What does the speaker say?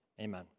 Amen